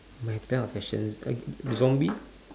my plan of actions like the zombie